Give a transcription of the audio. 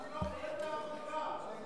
אני לא מפחד מהעם בכלל.